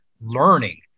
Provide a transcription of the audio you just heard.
learning